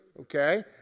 okay